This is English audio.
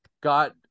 got